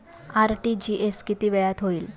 RTGS किती वेळात होईल?